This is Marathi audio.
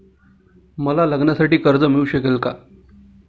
मला लग्नासाठी कर्ज मिळू शकेल का?